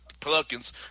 Pelicans